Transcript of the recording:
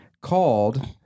called